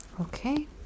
Okay